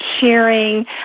cheering